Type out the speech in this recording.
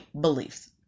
beliefs